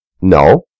No